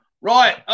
Right